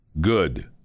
good